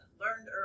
learned